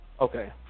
Okay